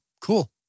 Cool